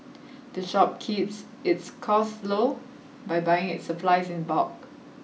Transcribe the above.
the shop keeps its costs low by buying its supplies in bulk